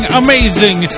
amazing